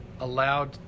allowed